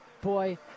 Boy